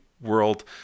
world